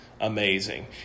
amazing